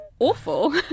awful